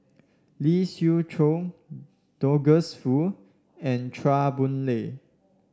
Lee Siew Choh Douglas Foo and Chua Boon Lay